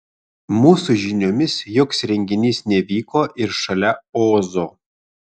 mūsų žiniomis joks renginys nevyko ir šalia ozo